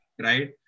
right